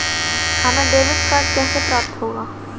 हमें debit card कैसे प्राप्त होगा?